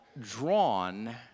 drawn